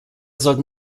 sollten